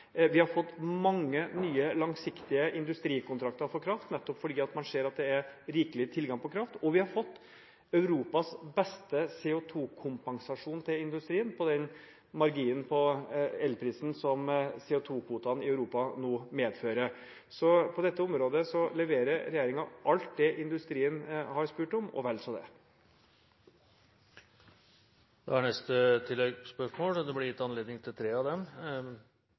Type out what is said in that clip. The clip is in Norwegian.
Vi har fått mange nye, langsiktige industrikontrakter for kraft, nettopp fordi man ser at det er rikelig tilgang på kraft. Vi har fått Europas beste CO2-kompensasjon for industrien, med den marginen på elprisen som CO2-kvotene i Europa nå medfører. På dette området leverer regjeringen alt det industrien har spurt om – og vel så det. Det blir gitt anledning til tre